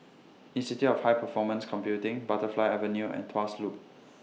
Institute of High Performance Computing Butterfly Avenue and Tuas Loop